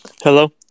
Hello